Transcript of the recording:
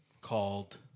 called